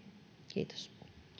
kiitos